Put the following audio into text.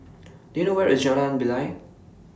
Do YOU know Where IS Jalan Bilal